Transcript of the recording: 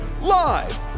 Live